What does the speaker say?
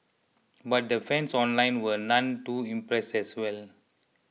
but the fans online were none too impressed as well